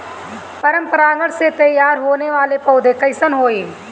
पर परागण से तेयार होने वले पौधे कइसे होएल?